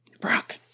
Brock